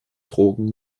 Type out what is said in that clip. drogen